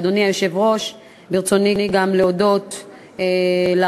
אדוני היושב-ראש, ברצוני להודות גם